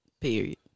Period